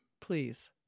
Please